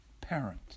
parent